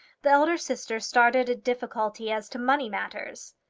the elder sister started a difficulty as to money matters.